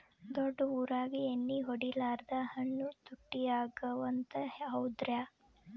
ದೊಡ್ಡ ಊರಾಗ ಎಣ್ಣಿ ಹೊಡಿಲಾರ್ದ ಹಣ್ಣು ತುಟ್ಟಿ ಅಗವ ಅಂತ, ಹೌದ್ರ್ಯಾ?